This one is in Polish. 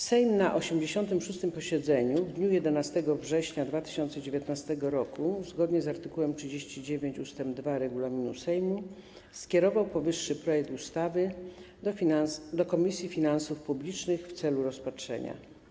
Sejm na 86. posiedzeniu w dniu 11 września 2019 r. zgodnie z art. 39 ust. 2 regulaminu Sejmu skierował powyższy projekt ustawy do Komisji Finansów Publicznych w celu rozpatrzenia.